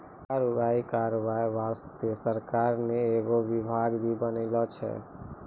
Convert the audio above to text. कर उगाही करबाय बासतें सरकार ने एगो बिभाग भी बनालो छै